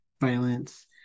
violence